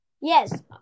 Yes